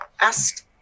asked